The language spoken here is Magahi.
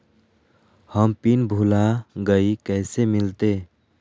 हम पिन भूला गई, कैसे मिलते?